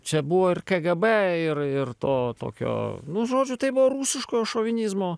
čia buvo ir kgb ir ir to tokio nu žodžiu tai buvo rusiško šovinizmo